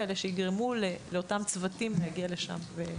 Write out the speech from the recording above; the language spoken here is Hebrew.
שיגרמו לאותם צוותים להגיע לשם.